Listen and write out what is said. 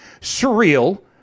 surreal